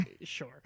sure